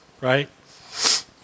right